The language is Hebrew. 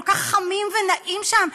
כל כך חמים ונעים שם,